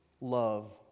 love